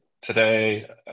today